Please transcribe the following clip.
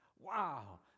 Wow